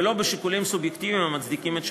ולא בשיקולים סובייקטיביים המצדיקים את השחרור.